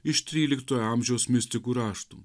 iš tryliktojo amžiaus mistikų raštų